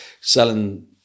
selling